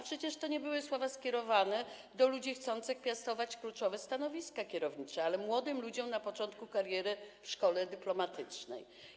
Przecież to nie były słowa skierowane do ludzi chcących piastować kluczowe stanowiska kierownicze, ale do młodych ludzi na początku kariery w szkole dyplomatycznej.